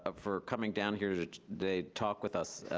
ah for coming down here, they talked with us.